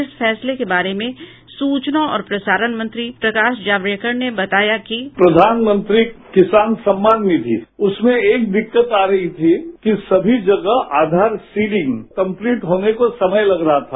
इस फैसले के बारे में सूचना और प्रसारण मंत्री प्रकाश जावड़ेकर ने बताया कि बाईट जावड़ेकर प्रधानमंत्री किसान सम्मान निधि उसमें एक दिक्कत आ रही थी कि सभी जगह आधार सीडिंग कम्पलीट होने को समय लग रहा था